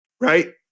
right